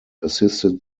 assisted